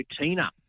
Tina